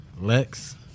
Lex